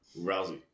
Rousey